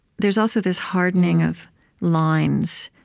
there's also this hardening of lines,